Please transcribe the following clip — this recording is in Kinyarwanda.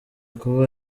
kuba